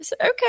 okay